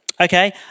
Okay